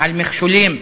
מעל מכשולים.